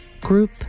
group